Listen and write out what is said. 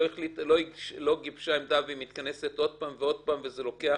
היא לא גיבשה עמדה והיא מתכנסת עוד פעם ועוד פעם וזה לוקח